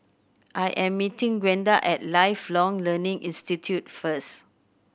I am meeting Gwenda at Lifelong Learning Institute first